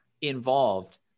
involved